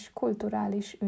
kulturális